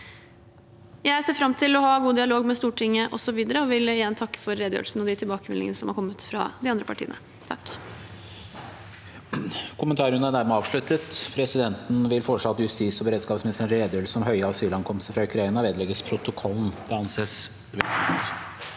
Jeg ser fram til å ha god dialog med Stortinget videre og vil igjen takke for debatten og de tilbakemeldingene som har kommet fra de andre partiene.